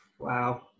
Wow